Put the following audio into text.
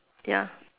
ya